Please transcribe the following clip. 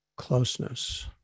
closeness